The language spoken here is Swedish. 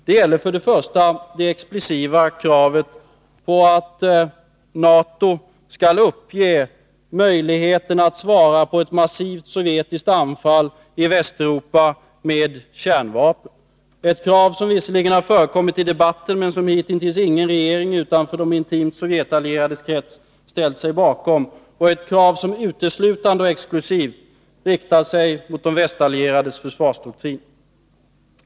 Det gäller för det första det exklusiva kravet på att NATO skall uppge möjligheten att svara på ett massivt sovjetiskt anfall mot Västeuropa med också kärnvapen — ett krav som visserligen har förekommit i debatten men som hitintills ingen regering utanför de intimt Sovjetallierades krets ställt sig bakom och ett krav som uteslutande och exklusivt riktar sig mot de västallierades försvarsdoktrin.